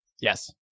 Yes